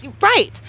right